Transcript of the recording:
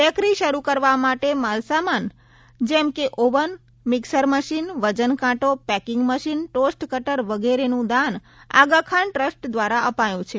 bakery શરૂ કરવા માટે જરૂરી માલસામાન જેમ કે oven mixer machine વજનકાંટો packing machine toast cutter વગેરેનું દાન આગાખાન ટ્રસ્ટ દ્વારા અપાયું છે